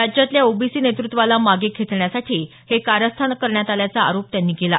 राज्यातल्या ओबीसी नेतृत्वाला मागे खेचण्यासाठी हे कारस्थान करण्यात आल्याचा आरोप त्यांनी केला